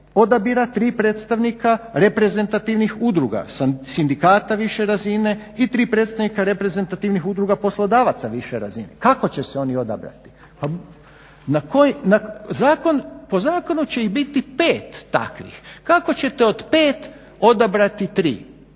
odabira 3 predstavnika reprezentativnih udruga, sindikata više razine i 3 predstavnika reprezentativnih udruga poslodavaca više razine. Kako će se oni odabrati? Po zakonu će ih biti 5 takvih, kako ćete od 5 odabrati 3?